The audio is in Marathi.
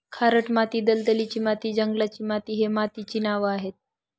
खारट माती, दलदलीची माती, जंगलाची माती हे मातीचे नावं आहेत